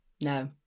no